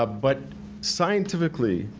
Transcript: ah but scientifically,